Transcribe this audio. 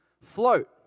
float